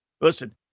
listen